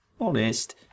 Honest